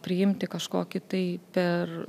priimti kažkokį tai per